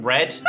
Red